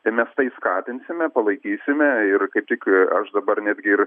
ir mes tai skatinsime palaikysime ir kaip tik aš dabar netgi ir